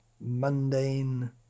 mundane